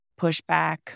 pushback